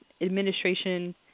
administration